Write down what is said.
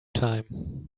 time